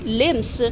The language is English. limbs